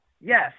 Yes